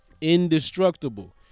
indestructible